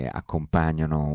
accompagnano